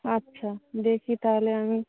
আচ্ছা দেখি তাহলে আমি